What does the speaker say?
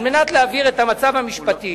על מנת להבהיר את המצב המשפטי,